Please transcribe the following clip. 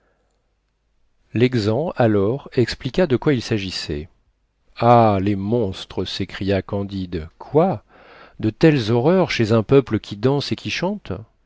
l'exempt alors expliqua de quoi il s'agissait ah les monstres s'écria candide quoi de telles horreurs chez un peuple qui danse et qui chante